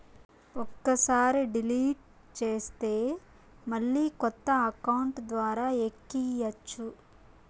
ఒక్కసారి డిలీట్ చేస్తే మళ్ళీ కొత్త అకౌంట్ ద్వారా ఎక్కియ్యచ్చు